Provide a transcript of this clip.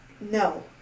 No